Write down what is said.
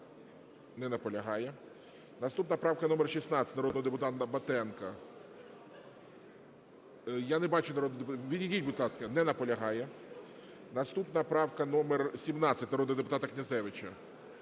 Не наполягає. Наступна правка - номер 16, народного депутата Батенка. Я не бачу народного депутата, відійдіть, будь ласка. Не наполягає. Наступна правка - номер 17, народного депутата Князевича.